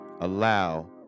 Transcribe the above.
allow